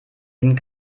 den